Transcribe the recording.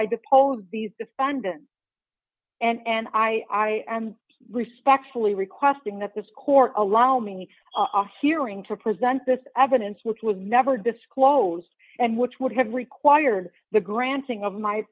poll these defendants and i i am respectfully requesting that this court allow me a hearing to present this evidence which would never disclose and which would have required the granting of my